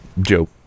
Joe